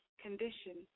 condition